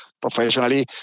professionally